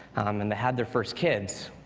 and they had their first kids.